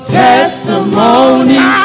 testimony